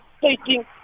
taking